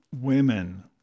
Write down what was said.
women